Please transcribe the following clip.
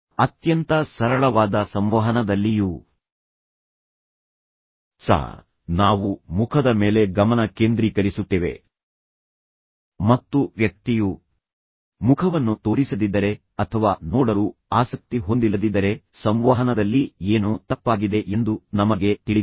ಅತ್ಯಂತ ಸರಳವಾದ ಸಂವಹನದಲ್ಲಿಯೂ ಸಹ ನಾವು ಮುಖದ ಮೇಲೆ ಗಮನ ಕೇಂದ್ರೀಕರಿಸುತ್ತೇವೆ ಮತ್ತು ವ್ಯಕ್ತಿಯು ಮುಖವನ್ನು ತೋರಿಸದಿದ್ದರೆ ಅಥವಾ ನೋಡಲು ಆಸಕ್ತಿ ಹೊಂದಿಲ್ಲದಿದ್ದರೆ ಸಂವಹನದಲ್ಲಿ ಏನೋ ತಪ್ಪಾಗಿದೆ ಎಂದು ನಮಗೆ ತಿಳಿದಿದೆ